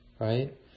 right